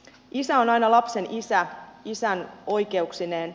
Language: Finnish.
isä on aina lapsen isä isän oikeuksineen